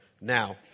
now